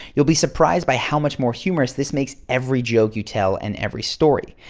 you'll be surprised by how much more humorous this makes every joke you tell and every story.